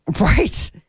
Right